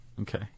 Okay